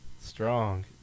strong